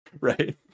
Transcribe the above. right